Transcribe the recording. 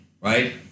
right